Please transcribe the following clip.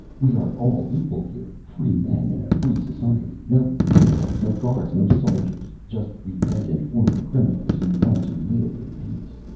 we are all equal here, free men in a free society. no uniforms, no guards, no soldiers. just repentant former criminals who want to live in peace.